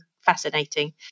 fascinating